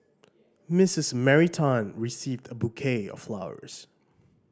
Missus Mary Tan received a bouquet of flowers